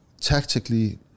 tactically